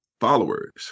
followers